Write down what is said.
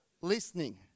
listening